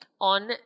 on